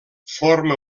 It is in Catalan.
forma